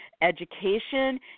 education